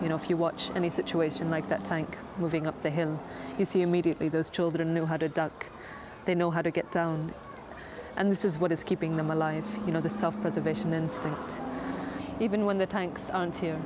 you know if you watch any situation like that tank moving up the hill you see immediately those children know how to duck they know how to get down and that is what is keeping them alive you know the self preservation instinct even when the tanks